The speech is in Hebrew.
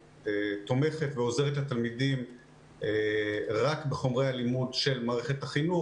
ותומכת ועוזרת לתלמידים רק בחומרי הלימוד של מערכת החינוך.